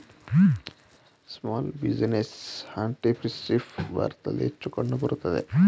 small business entrepreneurship ಭಾರತದಲ್ಲಿ ಹೆಚ್ಚು ಕಂಡುಬರುತ್ತದೆ